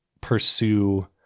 pursue